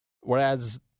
whereas